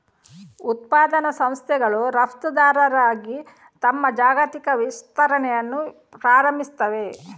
ಉತ್ಪಾದನಾ ಸಂಸ್ಥೆಗಳು ರಫ್ತುದಾರರಾಗಿ ತಮ್ಮ ಜಾಗತಿಕ ವಿಸ್ತರಣೆಯನ್ನು ಪ್ರಾರಂಭಿಸುತ್ತವೆ